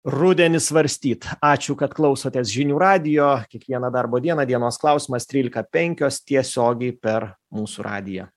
rudenį svarstyt ačiū kad klausotės žinių radijo kiekvieną darbo dieną dienos klausimas trylika penkios tiesiogiai per mūsų radiją